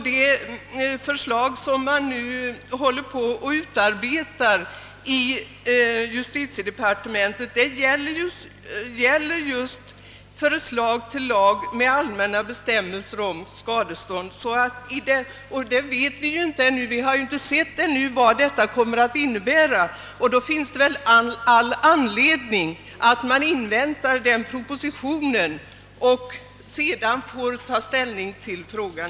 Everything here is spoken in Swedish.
Det förslag, som nu håller på att utarbetas i justitiedepartementet, gäller just förslag till lag med allmänna bestämmelser om skadestånd. Då vi ännu inte sett vad förslaget kommer att innebära finns det all anledning att invänta propositionen för att sedan ånyo ta ställning till frågan.